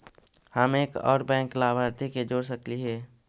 हम एक और बैंक लाभार्थी के जोड़ सकली हे?